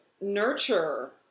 nurture